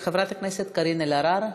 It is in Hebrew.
חברת הכנסת קארין אלהרר.